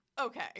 okay